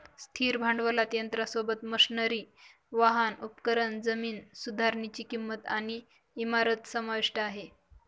स्थिर भांडवलात यंत्रासोबत, मशनरी, वाहन, उपकरण, जमीन सुधारनीची किंमत आणि इमारत समाविष्ट आहे